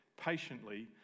patiently